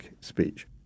speech